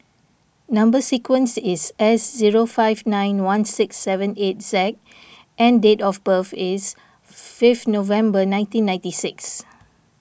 Number Sequence is S zero five nine one six seven eight Z and date of birth is fifth November nineteen ninety six